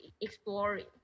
exploring